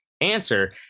answer